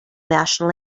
national